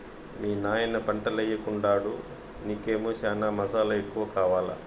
మీ నాయన పంటయ్యెకుండాడు నీకేమో చనా మసాలా ఎక్కువ కావాలా